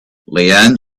leanne